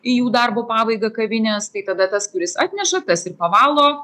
į jų darbo pabaigą kavinės tai tada tas kuris atneša tas ir pavalo